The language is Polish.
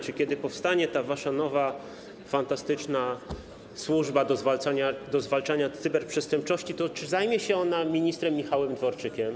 Czy kiedy powstanie ta wasza nowa fantastyczna służba do zwalczania cyberprzestępczości, to czy zajmie się ona ministrem Michałem Dworczykiem?